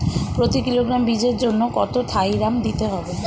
প্রতি কিলোগ্রাম বীজের জন্য কত থাইরাম দিতে হবে?